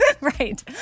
Right